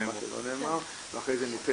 אבל נשמע מה שלא נאמר ואחר כך ניתן